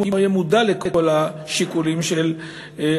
אם הוא היה מודע לכל השיקולים של השלילה